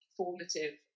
formative